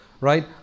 right